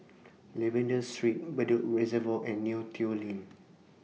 Lavender Street Bedok Reservoir and Neo Tiew Lane